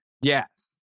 Yes